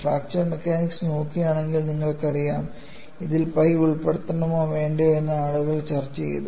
fracture mechanics നോക്കുകയാണെങ്കിൽ നിങ്ങൾക്കറിയാം ഇതിൽ പൈ ഉൾപ്പെടുത്തണോ വേണ്ടയോ എന്ന് ആളുകൾ ചർച്ച ചെയ്തു